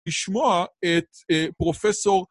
לשמוע את פרופסור...